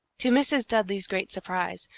to mrs. dudley's great surprise,